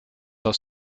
aus